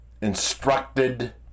instructed